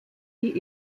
die